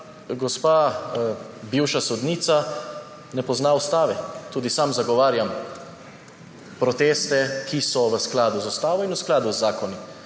gospa bivša sodnica ne pozna ustave. Tudi sam zagovarjam proteste, ki so v skladu z ustavo in v skladu z zakoni.